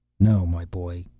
no, my boy,